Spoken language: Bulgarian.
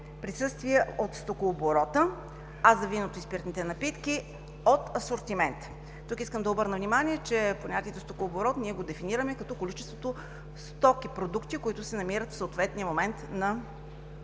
присъствие от стокооборота, а за виното и спиртните напитки – от асортимента. Тук искам да обърна внимание, че понятието „стокооборот“ ние го дефинираме като количеството стоки и продукти, които се намират в съответния момент на пазара